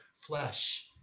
flesh